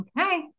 okay